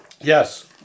Yes